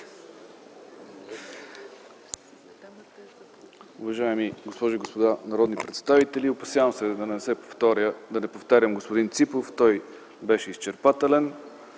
Уважаеми народни представители, опасявам се да не повторя господин Ципов, той беше изчерпателен,